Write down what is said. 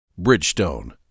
Bridgestone